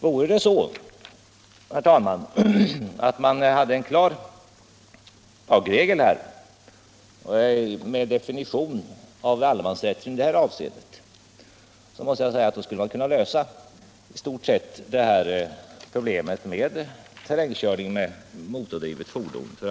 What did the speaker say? Vore det så, herr talman, att man hade en klar lagregel med definition av allemansrätten i detta avseende, så skulle man i stort sett kunna lösa de problem som terrängkörning med motordrivet fordon innebär.